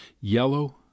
Yellow